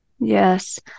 Yes